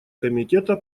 комитета